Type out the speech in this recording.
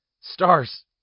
Stars